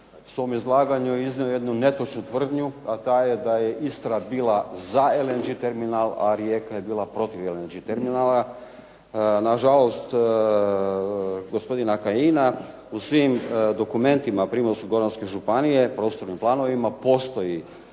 svom izlaganju je iznio jednu netočnu tvrdnju a ta je da je Istra bila za LNG terminal a Rijeka je bila protiv LNG terminala. Na žalost gospodina Kajina u svim dokumentima Primorsko-goranske županije, prostornim planovima postoji